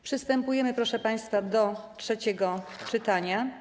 Przystępujemy, proszę państwa, do trzeciego czytania.